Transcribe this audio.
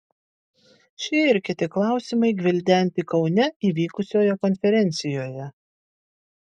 šie ir kiti klausimai gvildenti kaune įvykusioje konferencijoje